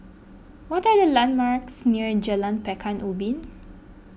what are the landmarks near Jalan Pekan Ubin